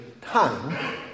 time